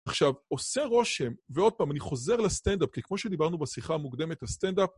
עכשיו, עושה רושם, ועוד פעם, אני חוזר לסטנדאפ, כי כמו שדיברנו בשיחה המוקדמת, הסטנדאפ...